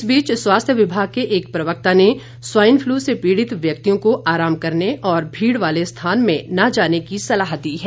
इस बीच स्वास्थ्य विभाग के एक प्रवक्ता ने स्वाइन फ्लू से पीड़ित व्यक्तियों को आराम करने और भीड़ वाले स्थान में न जाने की सलाह दी है